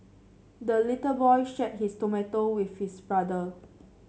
the little boy shared his tomato with his brother